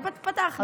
פתחנו.